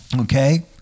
okay